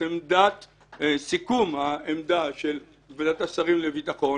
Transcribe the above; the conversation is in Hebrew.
את סיכום העמדה של ועדת השרים לביטחון.